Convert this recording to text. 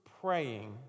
praying